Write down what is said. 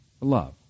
love